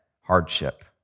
hardship